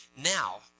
Now